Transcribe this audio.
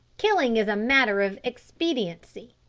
killing is a matter of expediency.